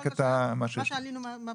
מה שהעלינו מהפרוטוקולים,